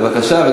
בבקשה.